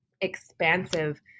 expansive